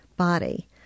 body